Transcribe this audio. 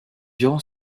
durant